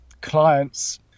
clients